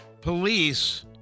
police